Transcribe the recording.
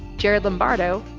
jared lombardo,